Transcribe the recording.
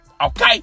okay